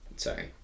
Sorry